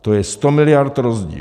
To je 100 miliard rozdíl.